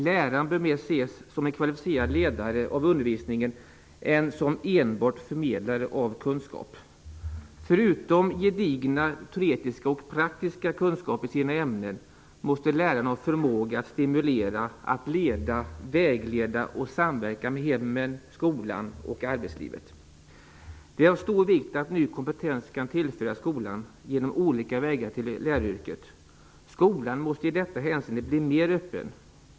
Läraren bör ses mer som en kvalificerad ledare av undervisningen än som enbart förmedlare av kunskap. Förutom gedigna teoretiska och praktiska kunskaper i sina ämnen måste läraren ha förmåga att stimulera, leda, vägleda och att samverka med hemmen, skolan och arbetslivet. Det är av stor vikt att ny kompetens kan tillföras skolan genom olika vägar till läraryrket. Skolan måste i detta hänseende bli mer öppen.